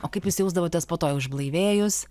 o kaip jūs jausdavotės po to išblaivėjus